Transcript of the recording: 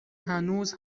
هنوز